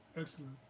Excellent